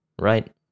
Right